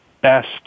best